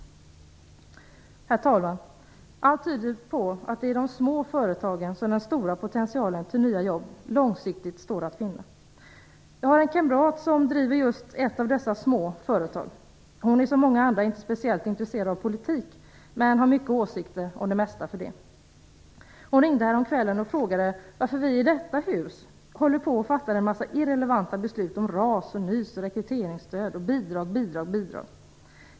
Herr talman! Allt tyder på att det är i de små företagen som den stora potentialen för nya jobb långsiktigt står att finna. Jag har en kamrat som driver just ett av dessa små företag. Hon är som många andra inte speciellt intresserad av politik men har ändå mycket åsikter om det mesta. Hon ringde häromkvällen och frågade varför vi i detta hus fattar en mängd irrelevanta beslut om RAS eller NYS, rekryteringsstöd och bidrag, bidrag, bidrag...